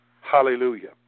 Hallelujah